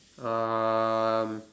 um